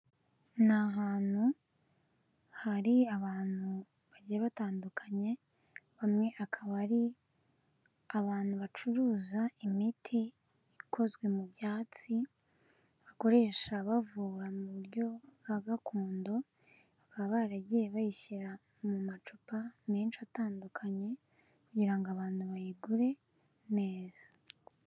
Ni ahantutu hari abantu bagiye batandukanye, bamwe akaba ari abantu bacuruza imiti ikozwe mu byatsi, bakoresha bavura mu buryo bwa gakondo, bakaba baragiye bayishyira mu macupa menshi atandukanye, kugirango abantu bayigure neza.